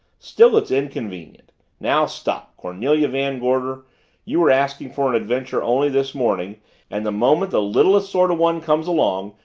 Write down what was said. still, its inconvenient now, stop cornelia van gorder you were asking for an adventure only this morning and the moment the littlest sort of one comes along,